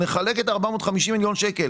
נחלק את ה-450 מיליון שקל